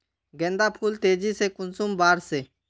गेंदा फुल तेजी से कुंसम बार से?